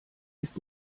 ist